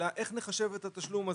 אלא איך נחשב את התשלום הזה.